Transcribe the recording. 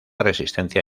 resistencia